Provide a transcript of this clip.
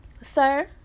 sir